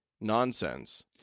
nonsense